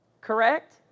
correct